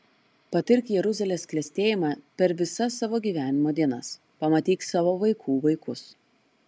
patirk jeruzalės klestėjimą per visas savo gyvenimo dienas pamatyk savo vaikų vaikus